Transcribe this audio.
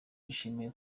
yishimiye